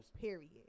period